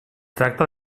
tracta